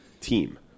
team